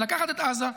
זה לקחת את עזה,